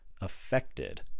affected